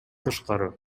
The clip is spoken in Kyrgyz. тышкары